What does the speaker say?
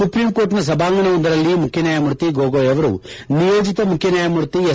supreme ಕೋರ್ಟ್ನ ಸಭಾಂಗಣ ಒಂದರಲ್ಲಿ ಮುಖ್ಯನ್ಯಾಯಮೂರ್ತಿ ಗೊಗೊಯ್ ಅವರು ನಿಯೋಜಿತ ಮುಖ್ಯನ್ಯಾಯಮೂರ್ತಿ ಎಸ್